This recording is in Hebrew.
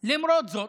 למרות זאת,